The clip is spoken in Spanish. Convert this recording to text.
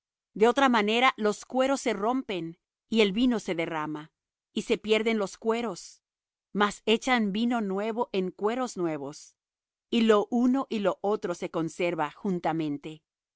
de otra manera los cueros se rompen y el vino se derrama y se pierden los cueros mas echan el vino nuevo en cueros nuevos y lo uno y lo otro se conserva juntamente